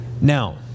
Now